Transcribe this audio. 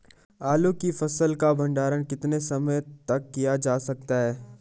आलू की फसल का भंडारण कितने समय तक किया जा सकता है?